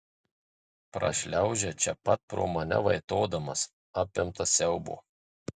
prašliaužia čia pat pro mane vaitodamas apimtas siaubo